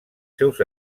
seus